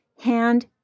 hand